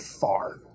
far